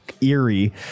eerie